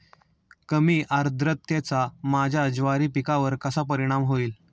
कमी आर्द्रतेचा माझ्या ज्वारी पिकावर कसा परिणाम होईल?